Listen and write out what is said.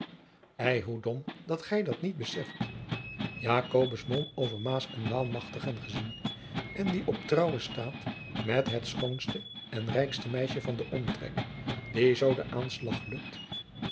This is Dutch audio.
dat gij dat niet beseft jacobus mom over maas en waal machtig en gezien en die op trouwen staat met het schoonste en rijkste meisje van den omtrek die zoo de aanslag lukt